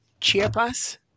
Chiapas